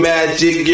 Magic